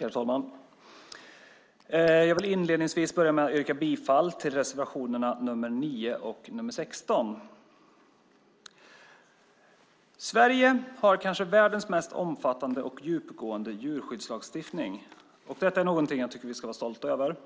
Herr talman! Jag vill inledningsvis börja med att yrka bifall till reservationerna 9 och 16. Sverige har kanske världens mest omfattande och djupgående djurskyddslagstiftning. Det är något som jag tycker att vi ska vara stolta över.